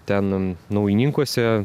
ten naujininkuose